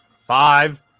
Five